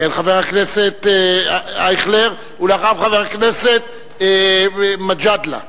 חבר הכנסת אייכלר, ואחריו, חבר הכנסת מג'אדלה.